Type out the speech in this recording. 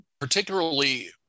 Particularly